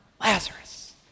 Lazarus